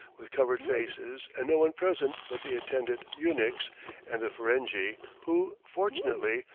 with covered faces and no one present but the attendant eunuchs and the ferenghi, who, fortunately,